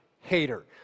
hater